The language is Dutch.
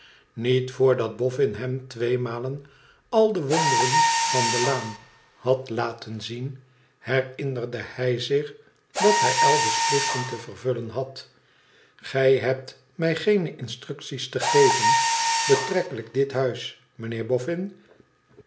niet voordat boffin hem tweemalen al de wonderen van de laan had laten zien herinnerde hij zich dat hij elders plichten te vervullen had gij hebt mij geene instructies te geven betrekkelijk dit huis